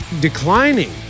declining